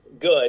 good